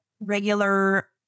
regular